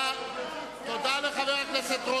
אתה הצבעת נגד.